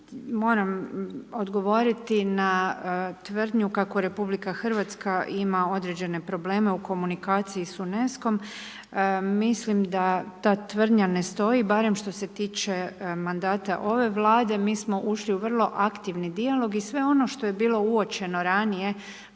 moram odgovoriti na tvrdnju kako RH ima određene probleme u komunikaciji s UNESCOM, mislim da ta tvrdnja ne stoji, barem što se tiče mandata ove Vlade, mi smo ušli u vrlo aktivni dijalog i sve ono što je bilo uočeno ranije,